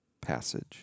passage